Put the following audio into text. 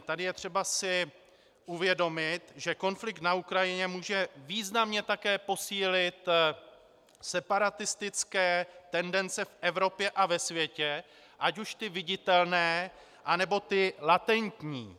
Tady je třeba si uvědomit, že konflikt na Ukrajině může významně také posílit separatistické tendence v Evropě a ve světě, ať už ty viditelné, anebo ty latentní.